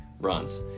runs